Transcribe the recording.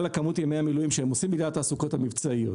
כמות ימי המילואים שהם עושים בגלל התעסוקות המבצעיות.